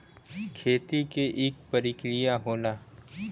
खेती के इक परिकिरिया होला